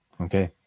Okay